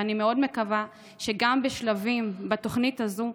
ואני מאוד מקווה שגם בתוכנית הזו,